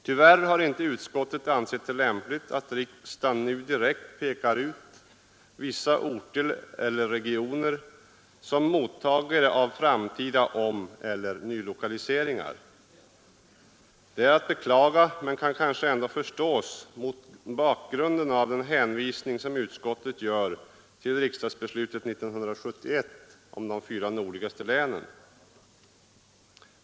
Tyvärr har inte utskottet ansett det lämpligt att riksdagen nu direkt pekar ut vissa orter eller regioner som mottagare av framtida omeller nylokaliseringar. Detta är att beklaga men kan kanske ändå förstås mot bakgrunden av den hänvisning som utskottet gör till riksdagsbeslutet 1971 om de fyra nordligaste länen.